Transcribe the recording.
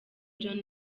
john